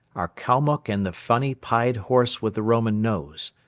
our kalmuck and the funny pied horse with the roman nose.